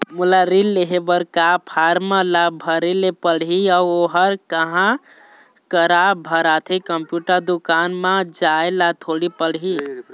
मोला ऋण लेहे बर का फार्म ला भरे ले पड़ही अऊ ओहर कहा करा भराथे, कंप्यूटर दुकान मा जाए ला थोड़ी पड़ही?